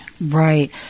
Right